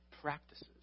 practices